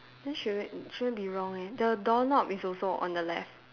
then shouldn't shouldn't be wrong eh the doorknob is also on the left